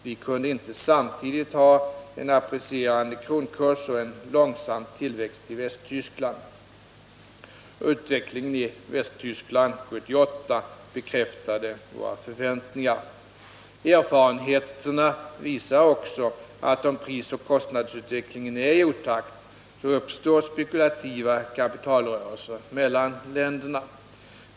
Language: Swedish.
Vi kunde inte samtidigt ha en apprecierande kronkurs och en långsam tillväxt i Västtyskland. Utvecklingen i Västtyskland 1978 bekräftade våra förväntningar. Erfarenheterna visar också att om prisoch kostnadsutveckling är i otakt, uppstår spekulativa kapitalrörelser mellan länderna.